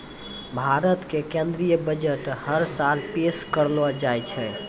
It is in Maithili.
भारत के केन्द्रीय बजट हर साले पेश करलो जाय छै